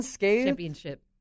Championship